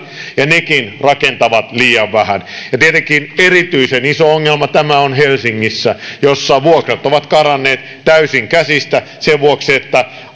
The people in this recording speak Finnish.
ja nekin rakentavat liian vähän tietenkin erityisen iso ongelma tämä on helsingissä jossa vuokrat ovat karanneet täysin käsistä sen vuoksi että